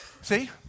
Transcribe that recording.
See